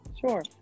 Sure